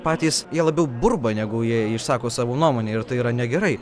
patys jie labiau burba negu jie išsako savo nuomonę ir tai yra negerai